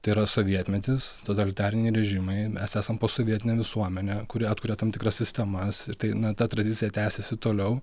tai yra sovietmetis totalitariniai režimai mes esam posovietinė visuomenė kuri atkuria tam tikras sistemas ir tai na ta tradicija tęsiasi toliau